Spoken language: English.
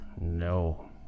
No